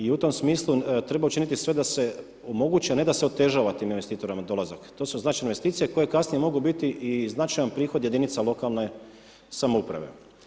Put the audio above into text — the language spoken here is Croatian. I u tom smislu treba učiniti sve da se omogući, a ne da se otežava tim investitorima dolazak, to su znači investicije koje kasnije mogu biti i značajan prihod jedinica lokalne samouprave.